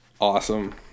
awesome